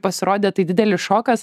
pasirodė tai didelis šokas